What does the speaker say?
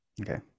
Okay